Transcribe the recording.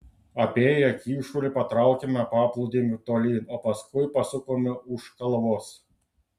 apėję kyšulį patraukėme paplūdimiu tolyn o paskui pasukome už kalvos